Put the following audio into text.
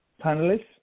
panelists